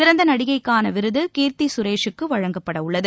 சிறந்த நடிகைக்கான விருது கீர்த்தி சுரேஷுக்கு வழங்கப்பட உள்ளது